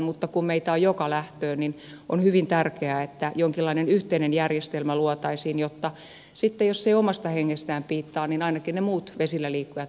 mutta kun meitä on joka lähtöön niin on hyvin tärkeää että jonkinlainen yhteinen järjestelmä luotaisiin jotta sitten jos ei omasta hengestään piittaa niin ainakin ne muut vesillä liikkujat saisivat olla turvassa